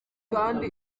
kandi